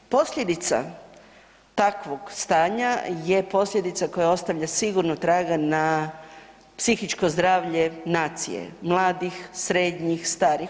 Posljedica takvog stanja je posljedica koja ostavlja sigurno traga na psihičko zdravlje nacije, mladih, srednjih, starijih.